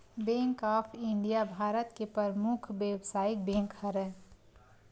bank of India Bharat के परमुख बेवसायिक बेंक हरय